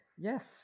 Yes